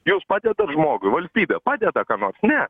jūs padedat žmogui valstybė padeda ką nors ne